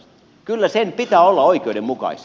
kyllä sen pitää olla oikeudenmukaista